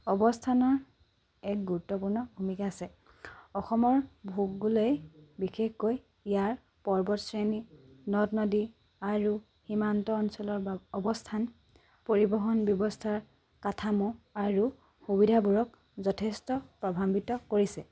অৱস্থানৰ এক গুৰুত্বপূৰ্ণ ভূমিকা আছে অসমৰ ভূগোলে বিশেষকৈ ইয়াৰ পৰ্বতশ্ৰেণী নদ নদী আৰু সীমান্ত অঞ্চলৰ অৱস্থান পৰিবহণ ব্যৱস্থাৰ কাঠামো আৰু সুবিধাবোৰক যথেষ্ট প্ৰভাৱান্ৱিত কৰিছে